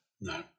no